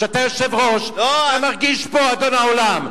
כשאתה יושב-ראש, אתה מרגיש פה אדון העולם.